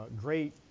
great